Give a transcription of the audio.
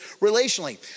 relationally